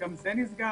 וגם זה נסגר.